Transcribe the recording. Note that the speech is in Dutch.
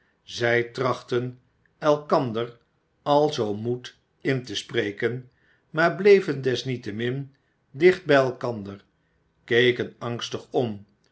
zij trachtten elkander alzoo moed in te spreken maar bleven desniettemin dicht bij elkandar keken angstig om